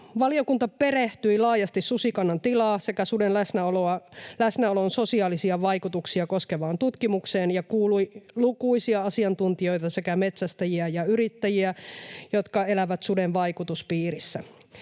Valiokunta perehtyi laajasti susikannan tilaa sekä suden läsnäolon sosiaalisia vaikutuksia koskevaan tutkimukseen ja kuuli lukuisia asiantuntijoita sekä metsästäjiä ja yrittäjiä, jotka elävät suden vaikutuspiirissä.